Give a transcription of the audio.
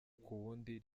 kuwundi